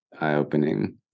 eye-opening